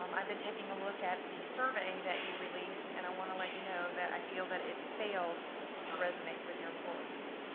um been taking a look at the survey that you released and i wanna let you know that i feel that it fails to resonate with your employees.